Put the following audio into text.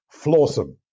Flawsome